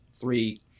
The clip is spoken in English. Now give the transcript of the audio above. three